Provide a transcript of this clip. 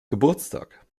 geburtstag